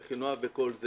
רכינוע וכו',